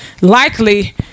likely